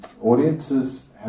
audiences